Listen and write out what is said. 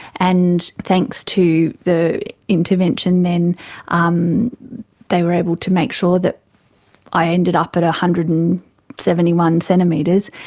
and thanks to the intervention then um they were able to make sure that i ended up at one ah hundred and seventy one centimetres,